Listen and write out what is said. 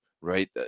right